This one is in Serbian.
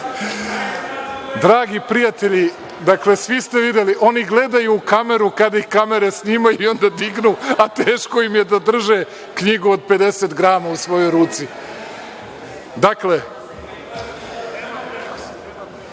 prijatelji, svi ste videli, oni gledaju u kameru kada ih kamere snimaju i onda dignu, a teško im je da drže knjigu od 50 grama u svojoj ruci. Dakle,